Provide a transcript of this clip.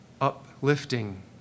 uplifting